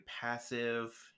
passive